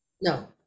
No